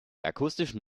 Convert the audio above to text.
akustischen